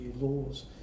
laws